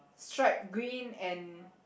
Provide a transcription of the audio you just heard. stripe green and